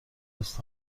است